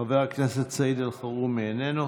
חבר הכנסת סעיד אלחרומי, איננו.